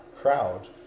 crowd